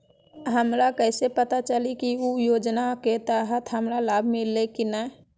हमरा कैसे पता चली की उ योजना के तहत हमरा लाभ मिल्ले की न?